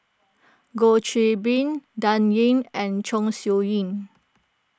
Goh Qiu Bin Dan Ying and Chong Siew Ying